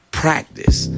practice